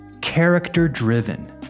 character-driven